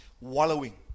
wallowing